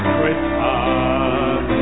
Christmas